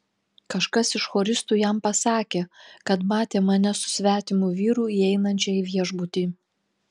kažkas iš choristų jam pasakė kad matė mane su svetimu vyru įeinančią į viešbutį